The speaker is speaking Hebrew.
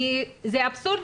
זה אבסורד,